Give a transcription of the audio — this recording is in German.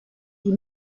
die